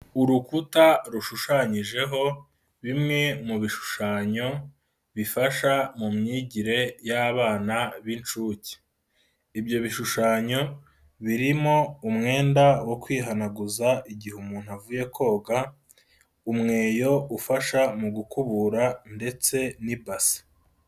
Urukuta rushushanyijeho bimwe mu bishushanyo bifasha mu myigire y'abana b'inshuke. Ibyo bishushanyo birimo umwenda wo kwihanaguza igihe umuntu avuye koga, umweyo ufasha mu gukubura ndetse n'ibasi.